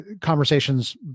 conversations